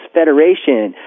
federation